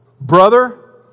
Brother